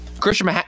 Christian